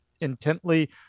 intently